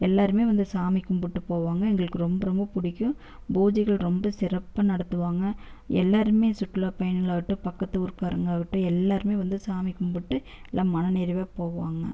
எல்லாருமே வந்து சாமி கும்பிட்டு போவாங்க எங்களுக்கு ரொம்ப ரொம்ப பிடிக்கும் பூஜைகள் ரொம்ப சிறப்பாக நடத்துவாங்க எல்லாருமே சுற்றுலா பயணிகளாகட்டும் பக்கத்து ஊர் காரங்களாககட்டும் எல்லாருமே வந்து சாமி கும்பிட்டு எல்லாம் மனநிறைவாக போவாங்க